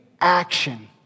action